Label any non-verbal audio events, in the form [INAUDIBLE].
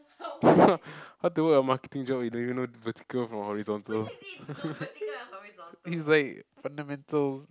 [LAUGHS] how to work a marketing job if you don't even know vertical from horizontal [LAUGHS] it's like fundamentals